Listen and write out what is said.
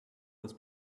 was